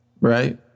right